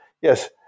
Yes